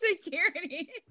security